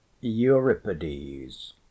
Euripides